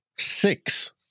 six